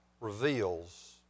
reveals